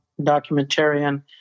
documentarian